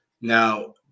Now